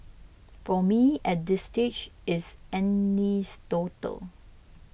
for me at this stage it's